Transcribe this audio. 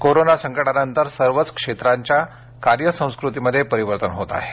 corona संकटानंतर सर्वच क्षेत्राच्या कार्य संस्कृतीमध्ये परिवर्तन होत आहे